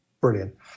brilliant